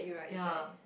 ya